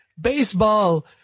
baseball